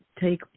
take